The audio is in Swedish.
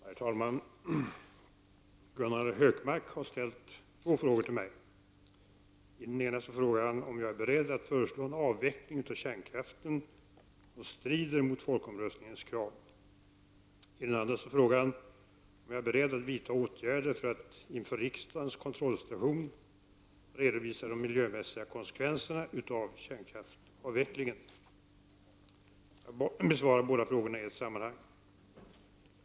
Herr talman! Gunnar Hökmark har ställt två frågor till mig. I den ena frågar han om jag är beredd att föreslå en avveckling av kärnkraften som strider mot folkomröstningens krav. I den andra frågar han om jag är beredd att vidta åtgärder för att inför riksdagens kontrollstation redovisa de miljömässiga konsekvenserna av kärnkraftsavvecklingen. Jag besvarar frågorna i ett sammanhang.